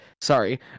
Sorry